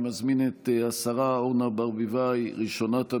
אני מזמין את השרה אורנה ברביבאי, ראשונת הדוברים.